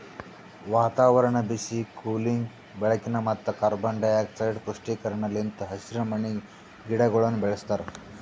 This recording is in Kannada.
ವಾತಾವರಣ, ಬಿಸಿ, ಕೂಲಿಂಗ್, ಬೆಳಕಿನ ಮತ್ತ ಕಾರ್ಬನ್ ಡೈಆಕ್ಸೈಡ್ ಪುಷ್ಟೀಕರಣ ಲಿಂತ್ ಹಸಿರುಮನಿ ಗಿಡಗೊಳನ್ನ ಬೆಳಸ್ತಾರ